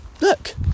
look